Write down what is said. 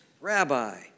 rabbi